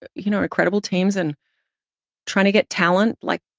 but you know, incredible teams, and trying to get talent, like,